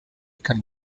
can